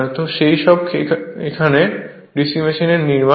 তো এই সব এখানে এখন DC মেশিনের নির্মাণ